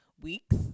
weeks